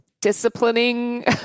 disciplining